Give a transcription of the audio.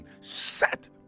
set